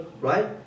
right